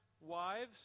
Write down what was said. wives